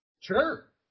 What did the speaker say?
Sure